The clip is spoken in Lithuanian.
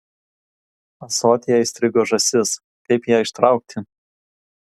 ąsotyje įstrigo žąsis kaip ją ištraukti